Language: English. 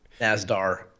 NASDAR